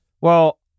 Well-